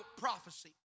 prophecy